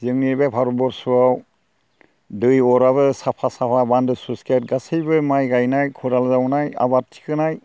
जोंनि बे भारत बरस'आव दै अराबो साफा साफा बान्दो स्लुइस गेट गासैबो माइ गायनाय खदाल जावनाय आबाद थिखांनाय